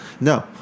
No